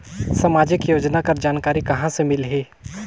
समाजिक योजना कर जानकारी कहाँ से मिलही?